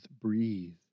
breathe